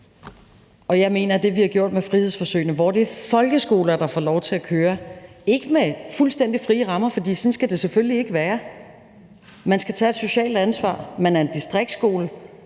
folkeskolerne. Det, vi har gjort med frihedsforsøgene, er, at det er folkeskoler, der får lov til at køre med ikke fuldstændig frie rammer, for sådan skal det selvfølgelig ikke være; man skal tage et socialt ansvar, man er en distriktsskole,